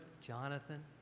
Jonathan